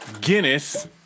Guinness